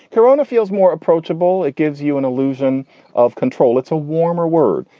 corona feels more approachable. it gives you an illusion of control. it's a warmer word.